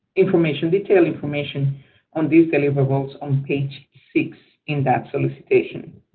information detailed information on these deliverables on page six in that solicitation.